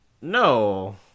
No